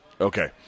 Okay